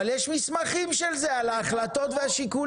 אבל יש מסמכים של זה על ההחלטות והשיקולים.